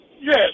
Yes